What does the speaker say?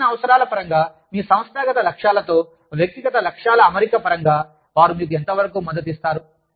మీ శిక్షణ అవసరాలు పరంగా మీ సంస్థాగత లక్ష్యాలతో వ్యక్తిగత లక్ష్యాల అమరికపరంగా వారు మీకు ఎంతవరకు మద్దతు ఇస్తారు